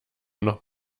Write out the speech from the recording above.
noch